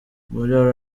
muri